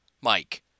Mike